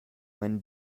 when